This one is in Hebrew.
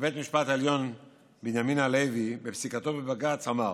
בבית המשפט העליון בנימין הלוי בפסיקתו בבג"ץ אמר.